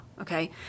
Okay